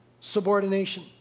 subordination